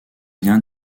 bien